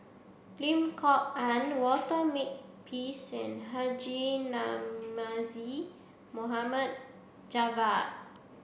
Lim Kok Ann Walter Makepeace Haji Namazie Mohamed Javad